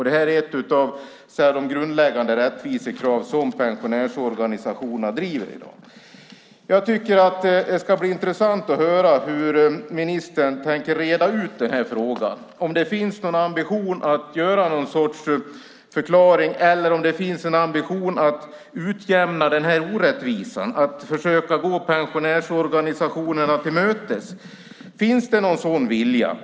Det här är ett av de grundläggande rättvisekrav som pensionärsorganisationerna driver i dag. Det ska bli intressant att höra hur ministern tänker reda ut den här frågan, om det finns någon ambition att göra någon sorts förklaring eller om det finns en ambition att utjämna den här orättvisan och försöka gå pensionärsorganisationerna till mötes. Finns det någon sådan vilja?